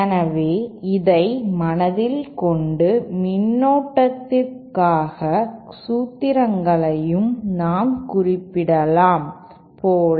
எனவே இதை மனதில் கொண்டு மின்னோட்டத்திற்கான சூத்திரங்களையும் நாம் குறிப்பிடலாம் போல